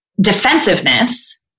Defensiveness